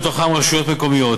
ובתוכם רשויות מקומיות,